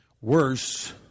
Worse